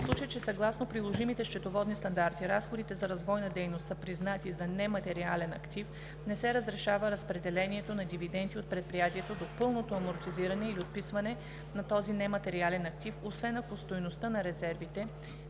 В случай че съгласно приложимите счетоводни стандарти разходите за развойна дейност са признати за нематериален актив, не се разрешава разпределянето на дивиденти от предприятието до пълното амортизиране или отписване на този нематериален актив, освен ако стойността на резервите